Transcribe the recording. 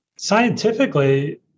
Scientifically